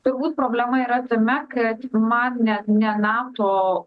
turbūt problema yra tame kad man ne ne nato